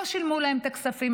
לא שילמו להם את הכספים.